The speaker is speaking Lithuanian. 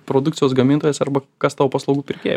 produkcijos gamintojais arba kas tavo paslaugų pirkėja